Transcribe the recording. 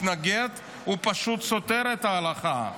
פשוט סותר את ההלכה.